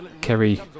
Kerry